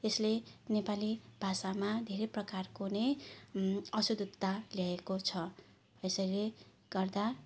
यसले नेपाली भाषामा धेरै प्रकारको नै अशुद्धता ल्याएको छ त्यसैले गर्दा